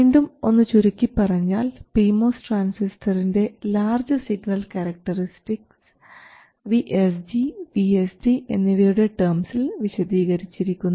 വീണ്ടും ഒന്ന് ചുരുക്കിപ്പറഞ്ഞാൽ പി മോസ് ട്രാൻസിസ്റ്ററിൻറെ large signal characteristics VSG VSD എന്നിവയുടെ ടേംസിൽ വിശദീകരിച്ചിരിക്കുന്നു